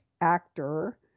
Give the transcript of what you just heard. actor